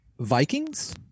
Vikings